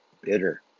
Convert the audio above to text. bitter